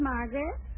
Margaret